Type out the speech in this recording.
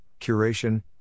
curation